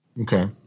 Okay